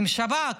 עם שב"כ,